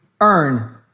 earn